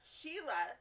Sheila